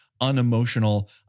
Unemotional